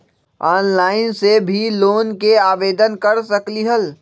Online से भी loan के आवेदन कर सकलीहल?